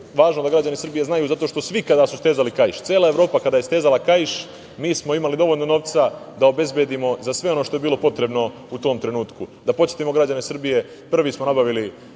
važno da građani Srbije znaju zato što svi kada su stezali kaiš, cela Evropa kada je stezala kaiš, mi smo imali dovoljno novca da obezbedimo za sve ono što je bilo potrebno u tom trenutku. Da podsetimo građane Srbije: prvi smo nabavili